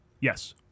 Yes